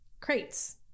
crates